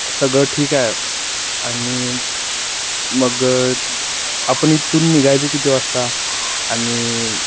सगळं ठीक आहे आणि मग आपण इथून निघायचं किती वाजता आणि